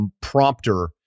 prompter